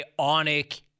Ionic